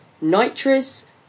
Nitrous